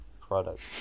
products